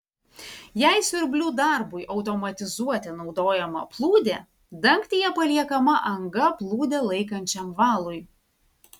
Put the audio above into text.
jei siurblių darbui automatizuoti naudojama plūdė dangtyje paliekama anga plūdę laikančiam valui